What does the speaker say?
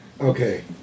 Okay